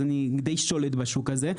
אז אני די שולט בשוק הזה.